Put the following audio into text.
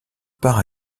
par